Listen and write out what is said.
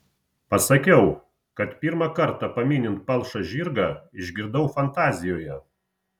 pasakiau kad pirmą kartą paminint palšą žirgą išgirdau fantazijoje